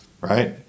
right